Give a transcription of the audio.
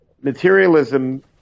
materialism